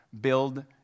build